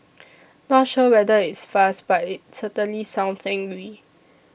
not sure whether it's fast but it certainly sounds angry